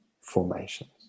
formations